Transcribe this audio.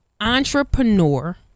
Entrepreneur